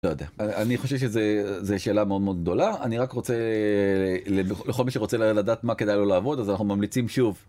אני חושב שזה שאלה מאוד מאוד גדולה אני רק רוצה לכל מי שרוצה לדעת מה כדאי לו לעבוד אז אנחנו ממליצים שוב.